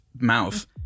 mouth